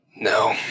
No